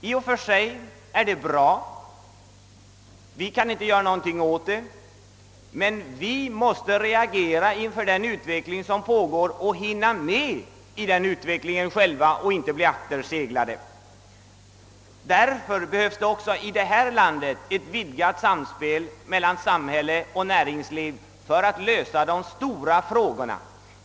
I och för sig är detta till nytta, och vi kan inte göra någonting åt det. Vi måste emellertid själva reagera inför denna utveckling och se till att vi själva hinner med i den och inte blir akterseglade. Därför behövs också i vårt land ett vidgat samspel mellan samhälle och näringsliv för att lösa de stora frågorna.